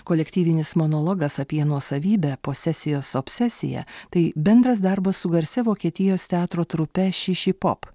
kolektyvinis monologas apie nuosavybę posesijos obsesija tai bendras darbas su garsia vokietijos teatro trupe šišipop